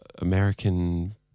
American